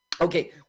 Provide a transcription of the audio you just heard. Okay